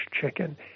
chicken